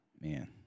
Man